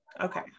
okay